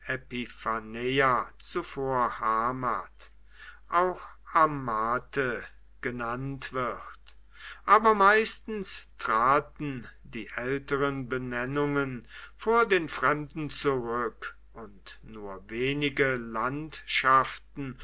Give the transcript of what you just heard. zuvor hamat auch amathe genannt wird aber meistens traten die älteren benennungen vor den fremden zurück und nur wenige landschaften